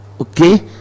okay